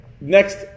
Next